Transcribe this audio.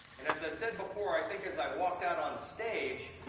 and as i said before, i think as i walked out on stage,